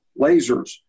lasers